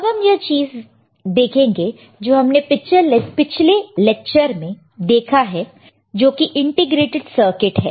अब हम वह चीज देखेंगे जो हमने पिछले लेक्चर में देखा है जोकि इंटीग्रेटेड सर्किट है